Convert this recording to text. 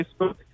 Facebook